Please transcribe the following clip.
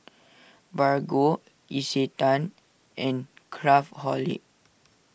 Bargo Isetan and Craftholic